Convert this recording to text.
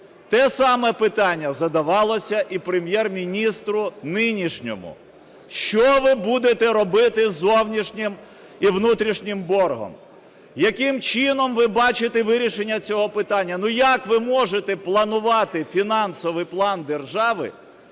Те саме питання задавалося і Прем'єр-міністру нинішньому: що ви будете робити з зовнішнім і внутрішнім боргом, яким чином ви бачите вирішення цього питання. Ну, як ви можете планувати фінансовий план держави,